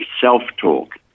self-talk